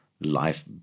life